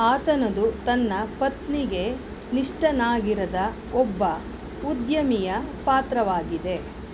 ಆತನದು ತನ್ನ ಪತ್ನಿಗೆ ನಿಷ್ಠನಾಗಿರದ ಒಬ್ಬ ಉದ್ಯಮಿಯ ಪಾತ್ರವಾಗಿದೆ